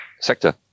sector